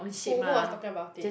who who was talking about it